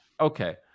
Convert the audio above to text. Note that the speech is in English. okay